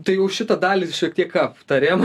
tai už šitą dalį šiek tiek aptarėm